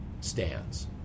stands